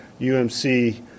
UMC